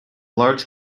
large